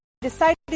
Decided